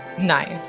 Nice